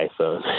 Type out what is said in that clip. iPhone